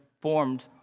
formed